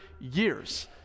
years